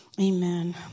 Amen